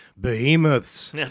behemoths